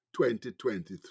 2023